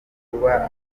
kuba